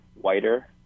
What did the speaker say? whiter